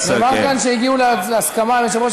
נאמר כאן שהגיעו להסכמה עם יושב-ראש